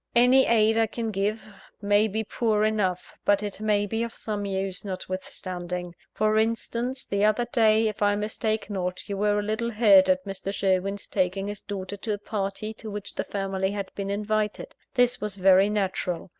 any aid i can give, may be poor enough but it may be of some use notwithstanding. for instance the other day, if i mistake not, you were a little hurt at mr. sherwin's taking his daughter to a party to which the family had been invited. this was very natural.